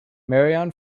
marion